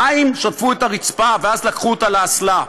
המים שטפו את הרצפה ואז לקחו אותה לאסלה,